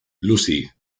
louisa